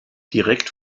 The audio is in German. direkt